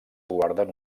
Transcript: guarden